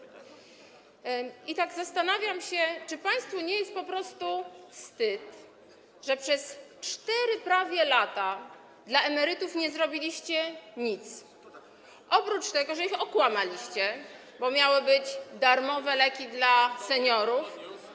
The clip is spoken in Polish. I tak zastanawiam się, czy państwu nie jest po prostu wstyd, że przez prawie 4 lata dla emerytów nie zrobiliście nic, oprócz tego, że ich okłamaliście, bo miały być darmowe leki dla seniorów.